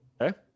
Okay